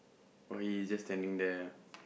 oh he is just standing there